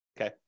okay